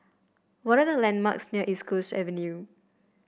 what are the landmarks near East Coast Avenue